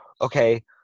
Okay